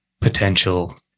potential